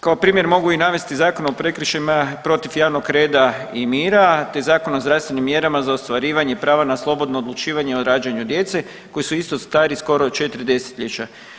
Kao primjer mogu navesti Zakon o prekršajima protiv javnog reda i mira te Zakon o zdravstvenim mjerama za ostvarivanje prava na slobodno odlučivanje o rađanju djece koji su isto stari skoro četiri desetljeća.